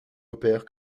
opère